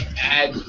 add